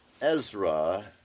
Ezra